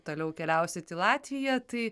toliau keliausit į latviją tai